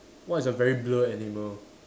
what is a very blur animal